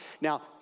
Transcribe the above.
Now